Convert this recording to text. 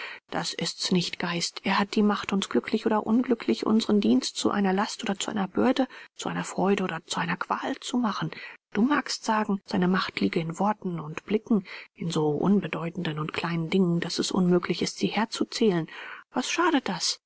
das ist's nicht geist er hat die macht uns glücklich oder unglücklich unsern dienst zu einer last oder zu einer bürde zu einer freude oder zu einer qual zu machen du magst sagen seine macht liege in worten und blicken in so unbedeutenden und kleinen dingen daß es unmöglich ist sie herzuzählen was schadet das